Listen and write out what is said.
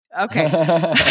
Okay